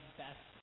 best